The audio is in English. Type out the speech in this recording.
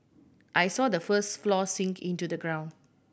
I saw the first floor sink into the ground